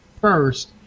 first